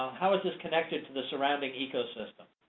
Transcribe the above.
how is this connected to the surrounding ecosystem?